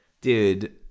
Dude